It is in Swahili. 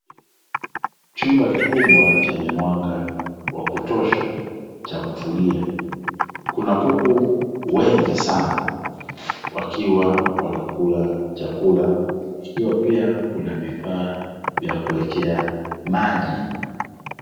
Chumba kikubwa chenye mwanga wa kutosha cha kufugia. Kuna kuku wengi sana wakiwa wanakula chakula, ikiwa pia kuna vifaa vya kuwekea maji.